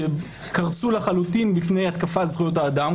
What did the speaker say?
שקרסו לחלוטין בפני התקפת זכויות האדם.